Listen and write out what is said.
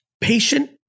patient